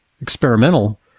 experimental